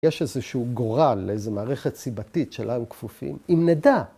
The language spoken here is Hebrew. ‫יש איזשהו גורל, איזו מערכת ‫סיבתית שלה הם כפופים, אם נדע...